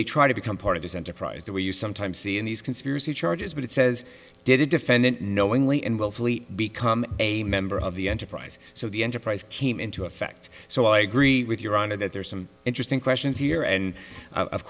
they try to become part of this enterprise the way you sometimes see in these conspiracy charges but it says did a defendant knowingly and willfully become a member of the enterprise so the enterprise came into effect so i agree with your honor that there are some interesting questions here and of